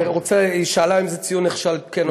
אני רוצה, היא שאלה אם זה ציון נכשל, כן או לא.